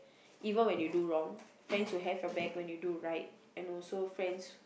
even when you do wrong friends who have your back when you do right and also friends